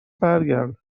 برگردم